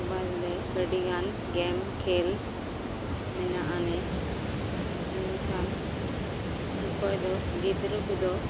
mobile ᱨᱮ ᱟᱹᱰᱤᱜᱟᱱ game ᱠᱷᱮᱞ ᱢᱮᱱᱟᱜᱼᱟ ᱡᱮ ᱢᱮᱱᱠᱷᱟᱱ ᱚᱠᱚᱭᱫᱚ ᱜᱤᱫᱽᱨᱟᱹ ᱠᱚᱫᱚ